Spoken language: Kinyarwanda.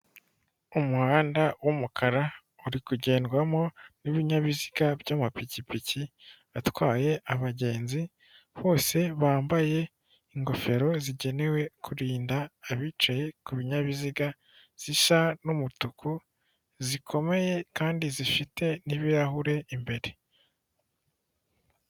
Umuhanda w'umukara uri kugendwamo n'ibinyabiziga by'mapikipiki, atwaye abagenzi bose bambaye ingofero zigenewe kurinda abicaye ku bininyabiziga, zisa n'umutuku zikomeye kandi zifite n'ibirahure imbere.